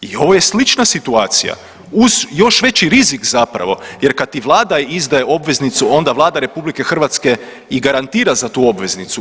I ovo je slična situacija uz još veći rizik zapravo jer kad ti vlada izdaje obveznicu onda vlada RH i garantira za tu obveznicu.